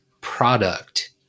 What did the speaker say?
product